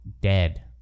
Dead